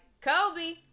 Kobe